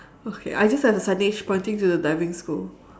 okay I just have a signage pointing to the diving school